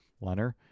Leonard